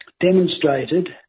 demonstrated